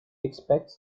expects